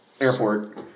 airport